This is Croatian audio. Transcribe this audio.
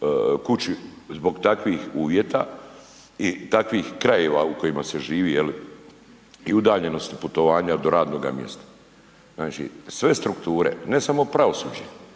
kući zbog takvih uvjeta i takvim krajeva u kojima se živi jel i udaljenosti putovanja do radnoga mjesta. Znači, sve strukture ne samo pravosuđe,